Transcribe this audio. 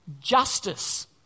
Justice